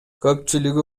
көпчүлүгү